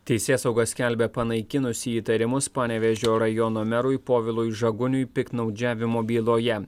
teisėsauga skelbia panaikinusi įtarimus panevėžio rajono merui povilui žaguniui piktnaudžiavimo byloje